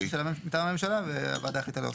מטעם הממשלה והוועדה החליטה להוסיף.